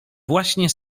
właśnie